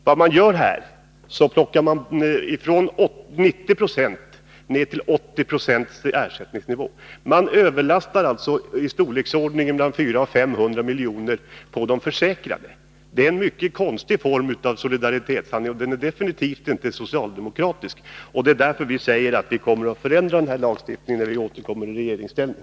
Vad man här gör är att sänka ersättningsnivån från 90 26 till 80 26. Man övervältrar alltså kostnader i storleksordningen 400-500 milj.kr. på de försäkrade. Det är en mycket konstig form av solidaritetshandling, som definitivt inte är något som socialdemokraterna ställer sig bakom. Därför säger vi att vi kommer att förändra lagstiftningen på detta område när vi återkommer i regeringsställning.